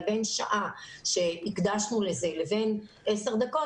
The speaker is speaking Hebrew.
בין שעה שהקדשנו לזה לבין עשר דקות,